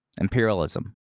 Imperialism